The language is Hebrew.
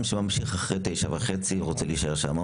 שממשיך להיות במקום אחרי שעה 9:30 ורוצה להישאר שם.